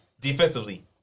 Defensively